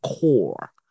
core